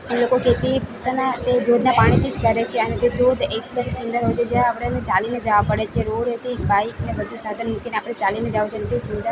એ લોકો ખેતી પોતાના એ ધોધના પાણીથી જ કરે છે અને તે ધોધ એકદમ સુંદર હોય છે જે આપણાને ચાલીને જાવા પડે છે રોડ હોય તે બાઈકને બધું સાધન મૂકીને આપણે ચાલીને જાવું છે ને તે સુંદર